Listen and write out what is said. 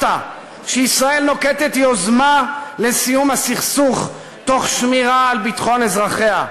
שישראל נוקטת יוזמה לסיום הסכסוך תוך שמירה על ביטחון אזרחיה.